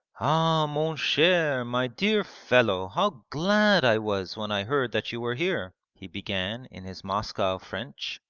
ah, mon cher, my dear fellow, how glad i was when i heard that you were here he began in his moscow french,